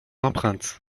empreinte